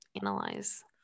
analyze